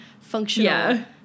functional